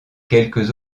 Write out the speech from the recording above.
quelques